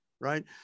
right